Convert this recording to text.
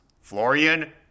Florian